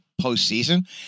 postseason